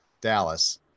Dallas